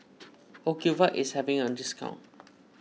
Ocuvite is having a discount